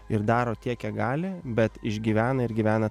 ir daro tiek kiek gali bet išgyvena ir gyvena